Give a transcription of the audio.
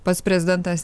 pats prezidentas